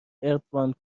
اردوان